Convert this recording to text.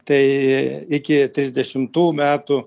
tai iki trisdešimtų metų